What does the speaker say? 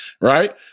Right